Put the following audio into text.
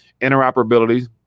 interoperability